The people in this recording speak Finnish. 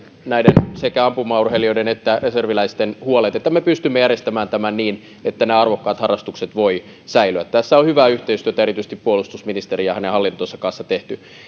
sekä ampumaurheilijoiden että reserviläisten huolet että me pystymme järjestämään tämän niin että ne arvokkaat harrastukset voivat säilyä tässä on hyvää yhteistyötä erityisesti puolustusministerin ja hänen hallintonsa kanssa tehty